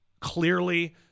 clearly